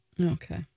Okay